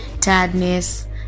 tiredness